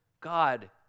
God